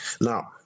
now